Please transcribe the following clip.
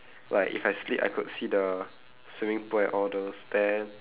like if I sleep I could see the swimming pool and all those then